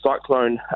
cyclone